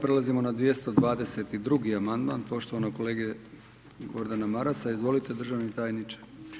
Prelazimo na 222. amandman poštovanog kolege Gordana Marasa, izvolite državni tajniče.